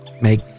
make